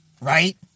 right